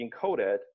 encoded